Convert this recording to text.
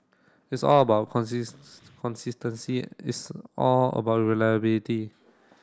it's all about consistency it's all about reliability